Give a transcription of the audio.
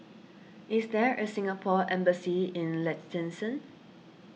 is there a Singapore Embassy in Liechtenstein